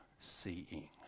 Seeing